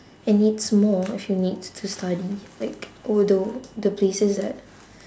and needs more if you need to study like although the places that